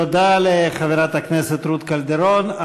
תודה לחברת הכנסת רות קלדרון.